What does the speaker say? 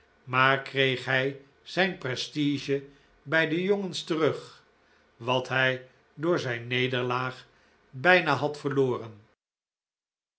maar kreeg hij zijn prestige bij de jongens terug wat hij door zijn nederlaag bijna had verloren